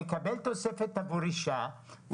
מקבל תוספת עבור אישה,